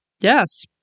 Yes